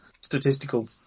statistical